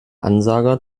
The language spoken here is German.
ansager